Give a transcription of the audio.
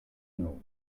know